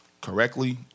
correctly